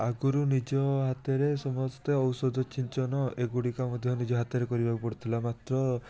ଆଗୁରୁ ନିଜ ହାତରେ ସମସ୍ତେ ଔଷଧ ଛିଞ୍ଚନ ଏଗୁଡ଼ିକ ମଧ୍ୟ ନିଜ ହାତରେ କରିବାକୁ ପଡ଼ୁଥିଲା ମାତ୍ର